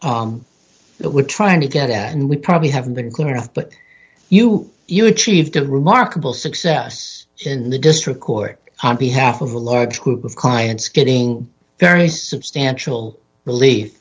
that we're trying to get at and we probably haven't been clear enough but you you achieved a remarkable success in the district court on behalf of a large group of clients getting very substantial relief